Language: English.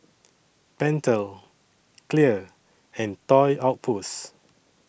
Pentel Clear and Toy Outpost